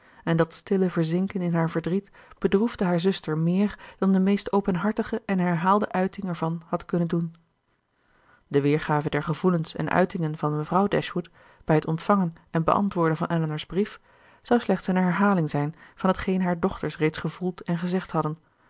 en dat stille verzinken in haar verdriet bedroefde haar zuster meer dan de meest openhartige en herhaalde uiting ervan had kunnen doen de weergave der gevoelens en uitingen van mevrouw dashwood bij het ontvangen en beantwoorden van elinor's brief zou slechts eene herhaling zijn van t geen haar dochters reeds gevoeld en gezegd hadden